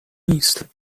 نیست